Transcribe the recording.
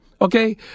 Okay